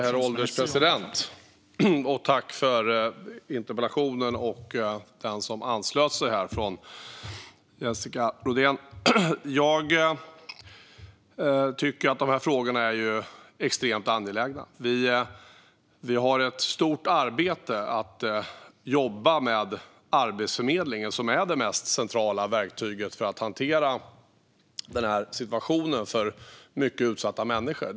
Herr ålderspresident! Tack till interpellanten och den debattör som anslöt sig här, Jessica Rodén! Jag tycker att dessa frågor är extremt angelägna. Vi har ett stort arbete framför oss när det gäller Arbetsförmedlingen, som är det mest centrala verktyget för att hantera den här situationen för mycket utsatta människor.